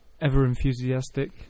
ever-enthusiastic